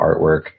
artwork